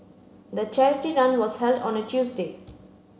the charity run was held on a Tuesday